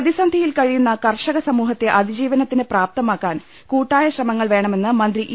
പ്രതിസന്ധിയിൽ കഴിയുന്ന കർഷക സമൂഹത്തെ അതിജീ വനത്തിന് പ്രാപ്തമാക്കാൻ കൂട്ടായ ശ്രമങ്ങൾ വേണമെന്ന് മന്ത്രി ഇ